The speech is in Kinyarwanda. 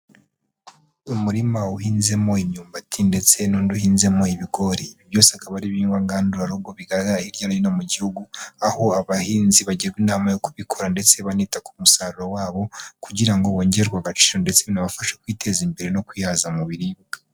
Umurima uhinzemo imyumbati ndetse n'undi uhinzemo ibigori. Byose akaba ari ibihingwa ngandurarugo biri hirya no hino mu Gihugu, aho abahinzi bagirwa inama yo kubikora ndetse banita ku musaruro wabo, kugira ngo bongerwe agaciro ndetse binabafasha kwiteza imbere no kwihaza mu biribwa.